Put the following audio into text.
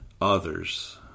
others